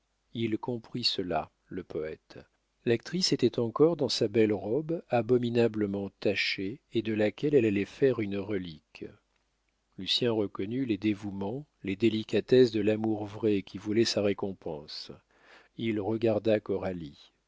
il comprit cela le poète l'actrice était encore dans sa belle robe abominablement tachée et de laquelle elle allait faire une relique lucien reconnut les dévouements les délicatesses de l'amour vrai qui voulait sa récompense il regarda coralie